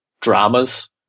dramas